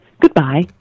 Goodbye